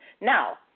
Now